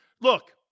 Look